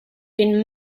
been